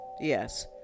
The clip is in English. yes